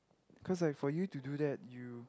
cause like for you to do that you